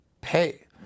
pay